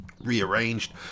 rearranged